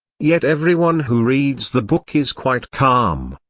yet everyone who reads the book is quite calm.